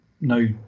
no